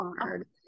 hard